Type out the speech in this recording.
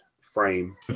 frame